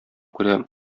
күрә